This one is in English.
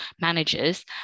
managers